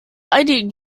einigen